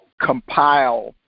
Compile